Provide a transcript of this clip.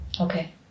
Okay